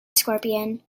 scorpion